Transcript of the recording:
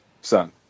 Son